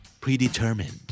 Predetermined